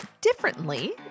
differently